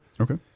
Okay